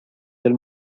del